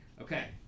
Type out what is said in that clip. Okay